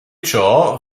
ciò